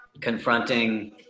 Confronting